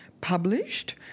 published